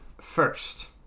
first